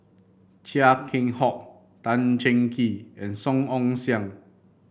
Chia Keng Hock Tan Cheng Kee and Song Ong Siang